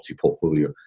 portfolio